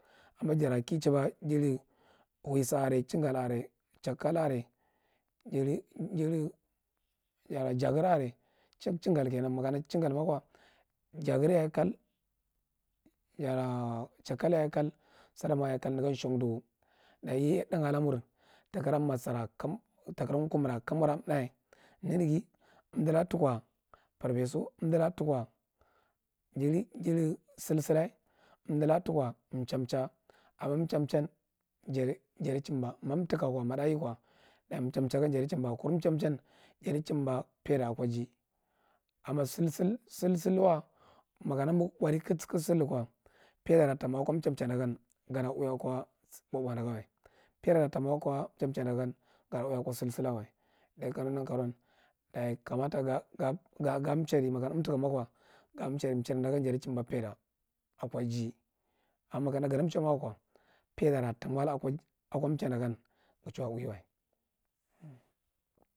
Amma jara kichiba jiri huisa are, chinga are, chingal kena makama chingal nna ko jagar yekal dara chikal lan ye kal saadaman yekal negodi shan dugu, daye ya thin a lawuw ha kara ma sir kam ta kara kunra ka mar thia neneghi unalulaka tuko prepesu umdu laka tuko javi jari sil silan undulaka tuko chan char umma chan chan jati jati jumba maumtika mathab yiko cham chan gan yati chumba kura cham chan jati jumba faida ako iji amma sil silwa makana magh mbodi kaga siliko faidara tamo ako cham chairdagan gada blwi a ko baaboa dan wa, faidara tamo ka chan shan da uwi ko sil sil da gan wa daye kanege nankaru gan daye kamata ga chaidi makana untimako chaidi dagan jafi chimba faida ako ijiy amma makanu ga ta chama wa faidara ta no a laga ako cha dan guchuwa uwi uva.